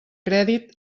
crèdit